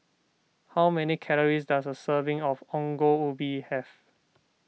how many calories does a serving of Ongol Ubi have